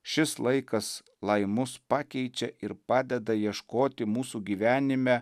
šis laikas lai mus pakeičia ir padeda ieškoti mūsų gyvenime